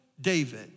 David